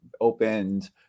opened